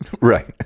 Right